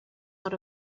out